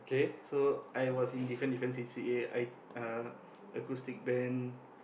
so I was in different different c_c_a I uh acoustic band